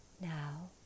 Now